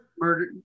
murder